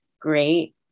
great